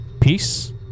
peace